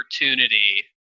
opportunity